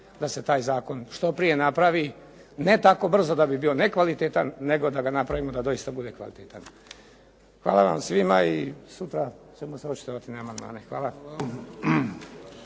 da se taj zakon što prije napravi. Ne tako brzo da bi bio nekvalitetan, nego da ga napravimo da dosita bude kvalitetan. Hvala vam svima i sutra ćemo završiti … amandmane.